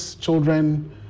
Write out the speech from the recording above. children